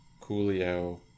Coolio